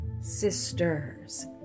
sisters